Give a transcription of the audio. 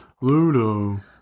ludo